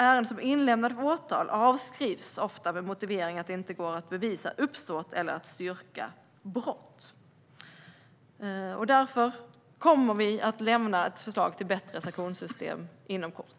Ärenden som är inlämnade för åtal avskrivs ofta med motiveringen att det inte går att bevisa uppsåt eller att styrka brott. Därför kommer vi att lämna ett förslag till bättre sanktionssystem inom kort.